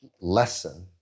lesson